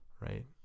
right